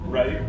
Right